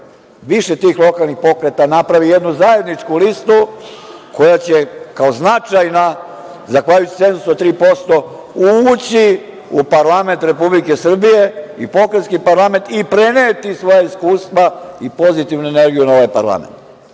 više tih lokalnih pokreta napravi jednu zajedničku listu koja će, kao značajna, zahvaljujući cenzusu od 3%, ući u parlament Republike Srbije i pokrajinski parlament i preneti svoja iskustva i pozitivnu energiju na ovaj parlament. Nekom